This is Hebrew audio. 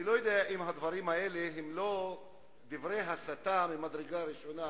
אני לא יודע אם הדברים האלה הם לא דברי הסתה ממדרגה ראשונה,